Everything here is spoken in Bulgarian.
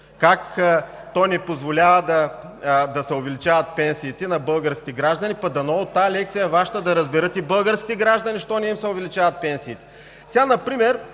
как то не позволява да се увеличават пенсиите на българските граждани. Пък дано от тази Ваша лекция да разберат и българските граждани защо не им се увеличават пенсиите.